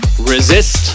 resist